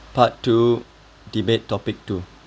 part two debate topic two